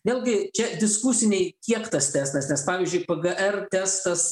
vėlgi čia diskusiniai kiek tas testas nes pavyzdžiui pgr testas